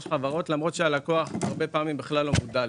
חברות בממוצע למרות שהלקוח הרבה פעמים בכלל לא מודע לזה.